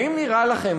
האם נראה לכם,